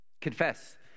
Confess